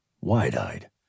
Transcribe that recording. wide-eyed